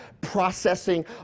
processing